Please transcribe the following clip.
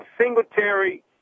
Singletary